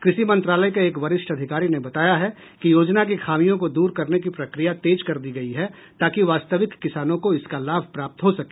कृषि मंत्रालय के एक वरिष्ठ अधिकारी ने बताया है कि योजना की खामियों को दूर करने की प्रक्रिया तेज कर दी गयी है ताकि वास्तविक किसानों को इसका लाभ प्राप्त हो सके